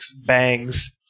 bangs